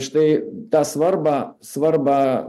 štai tą svarbą svarbą